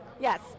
yes